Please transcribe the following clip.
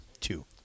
Two